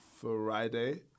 Friday